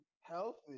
healthy